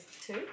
two